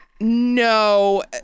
No